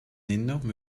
énorme